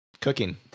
Cooking